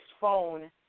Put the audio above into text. phone